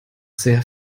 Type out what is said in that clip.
sehr